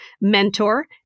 mentor